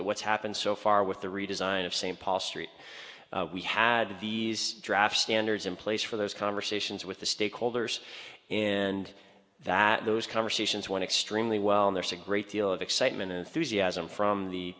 at what's happened so far with the redesign of st paul street we had the draft standards in place for those conversations with the stakeholders and that those conversations one extremely well there's a great deal of excitement enthusiasm from the